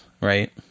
right